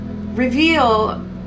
reveal